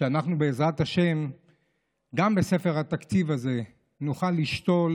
שאנחנו בעזרת השם גם בספר התקציב הזה נוכל לשתול